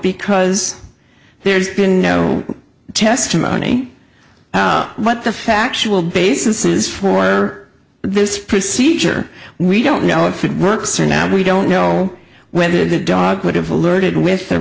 because there's been no testimony what the factual basis is for this procedure we don't know if it works or now we don't know whether the dog could have alerted with or